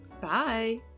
Bye